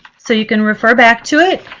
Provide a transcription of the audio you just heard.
so you can refer back to it.